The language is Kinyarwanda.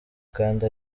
kandi